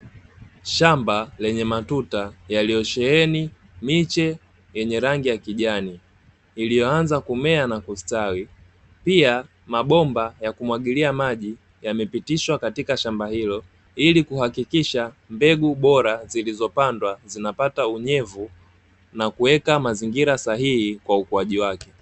Shamba lenye matuta yaliyosheheni miche yenye rangi ya kijani iliyoanza kumea na kustawi, pia mabomba ya kumwagilia maji yamepitishwa katika shamba hilo ili kuhakikisha mbegu bora, zilizopandwa zinapata unyevu na kuweka mazingira sahihi kwa ukuaji wake.